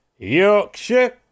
Yorkshire